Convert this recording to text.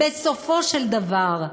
בסופו של דבר,